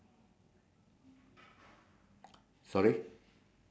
bat ah something like that is it is it selling the